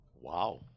Wow